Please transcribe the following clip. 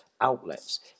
outlets